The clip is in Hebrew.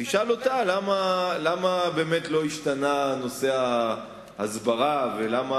תשאל אותה למה לא השתנה נושא ההסברה ולמה